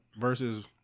versus